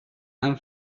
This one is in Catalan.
han